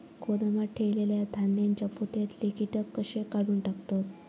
गोदामात ठेयलेल्या धान्यांच्या पोत्यातले कीटक कशे काढून टाकतत?